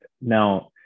now